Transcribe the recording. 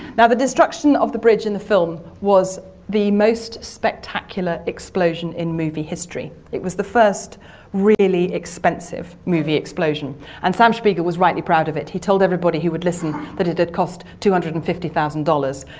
now, the destruction of the bridge in the film was the most spectacular explosion in movie history. it was the first really expensive movie explosion and sam spiegel was rightly proud of it. he told everybody who would listen that it had cost two hundred and fifty thousand dollars.